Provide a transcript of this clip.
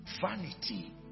vanity